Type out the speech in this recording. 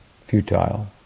futile